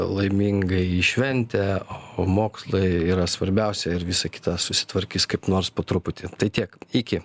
laimingai į šventę o mokslai yra svarbiausia ir visa kita susitvarkys kaip nors po truputį tai tiek iki